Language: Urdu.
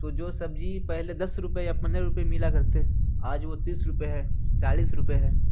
تو جو سبزی پہلے دس روپئے یا پندرہ روپئے ملا کرتے آج وہ تیس روپئے ہے چالیس روپئے ہے